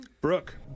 Brooke